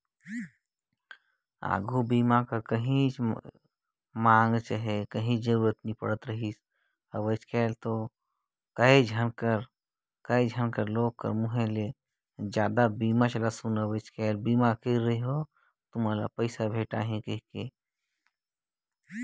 आघू बीमा के ओतना मांग नइ रहीसे कोनो मइनसे के मुंहूँ ले जादा सुने बर नई मिलत रहीस हे